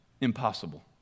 Impossible